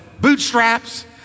bootstraps